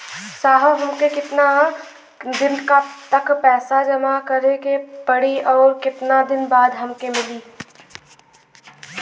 साहब हमके कितना दिन तक पैसा जमा करे के पड़ी और कितना दिन बाद हमके मिली?